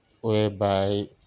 whereby